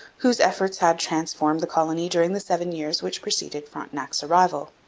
whose efforts had transformed the colony during the seven years which preceded frontenac's arrival.